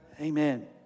amen